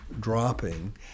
dropping